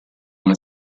una